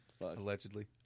Allegedly